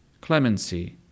clemency